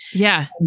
yeah. and